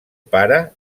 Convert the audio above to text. pare